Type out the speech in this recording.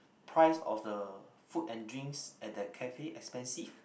price of the food and drinks at that cafe expensive